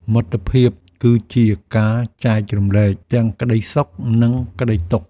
មិត្តភាពគឺជាការចែករំលែកទាំងក្ដីសុខ និងក្ដីទុក្ខ។